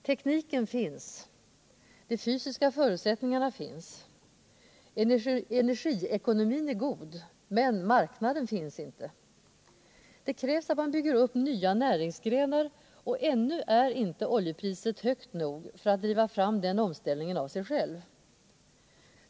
Tekniken finns, de fysiska förutsättningarna också, energiekonomin är god, men marknaden finns inte. Det krävs att man bygger upp nya näringsgrenar, men ännu är inte oljepriset högt nog för att den omställningen skall kunna drivas fram av sig själv.